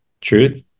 truth